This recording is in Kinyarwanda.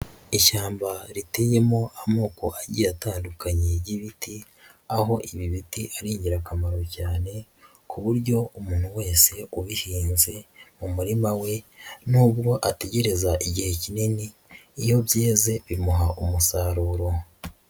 Ishyamba riteyemo amoko agiye atandukanye y'ibiti, aho ibi biti ari ingirakamaro cyane ku buryo umuntu wese ubihinze mu murima we, nubwo ategereza igihe kinini iyo byeze bimuha umusaruro.